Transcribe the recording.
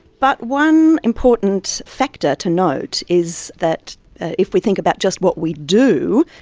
but one important factor to note is that if we think about just what we do,